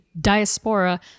diaspora